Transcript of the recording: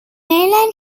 mainland